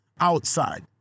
outside